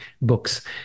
books